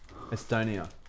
Estonia